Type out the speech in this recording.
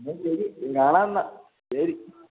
എന്നാല് ശരി കാണാം എന്നാല് ശരി